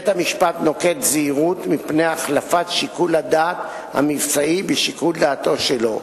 בית-המשפט נוקט זהירות מפני החלפת שיקול הדעת המבצעי בשיקול דעתו שלו,